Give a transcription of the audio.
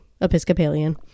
Episcopalian